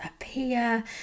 appear